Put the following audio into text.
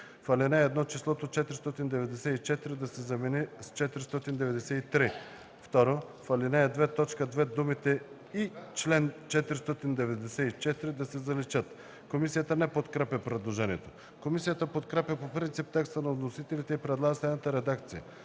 ал. 1 числото „494” да се замени с „493”; 2. В ал. 2, т. 2 думите „и чл. 494” да се заличат.” Комисията не подкрепя предложението. Комисията подкрепя по принцип текста на вносителите и предлага следната редакция